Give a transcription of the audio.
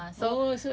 ah so